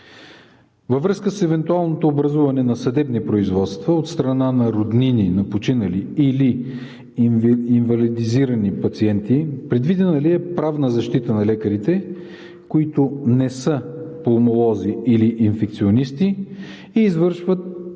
във връзка с евентуалното образуване на съдебни производства от страна на роднини на починали или инвалидизирани пациенти, предвидена ли е правна защита на лекарите, които не са пулмолози или инфекционисти и извършват тип